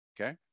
okay